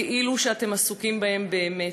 כאילו אתם עסוקים בהם באמת,